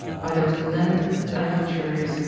by those lenitive electuaries,